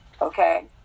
okay